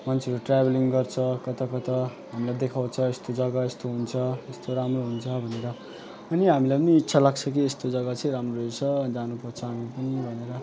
मान्छेहरू ट्राभलिङ गर्छ कता कता हामीलाई देखाउँछ यस्तो जग्गा यस्तो हुन्छ यस्तो राम्रो हुन्छ भनेर अनि हामीलाई पनि इच्छा लाग्छ कि यस्तो जग्गा चाहिँ राम्रो रहेछ जानु पर्छ हामी पनि भनेर